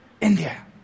India